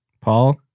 Paul